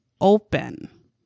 open